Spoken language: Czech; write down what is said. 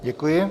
Děkuji.